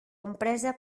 empresa